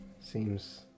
Seems